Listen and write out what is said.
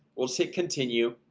we'll sit continue